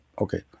Okay